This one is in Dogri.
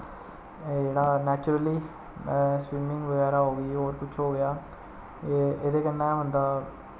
एह् जेह्ड़ा नैचुरली स्विमिंग बगैरा हो गेई होर कुछ हो गेआ एह्दे कन्नै बंदा